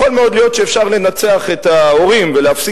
יכול מאוד להיות שאפשר לנצח את ההורים ולהפסיק